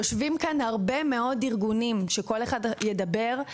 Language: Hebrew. יושבים כאן הרבה מאוד ארגונים שעוד מעט ידברו.